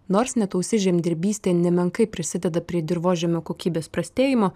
nors netausi žemdirbystė nemenkai prisideda prie dirvožemio kokybės prastėjimo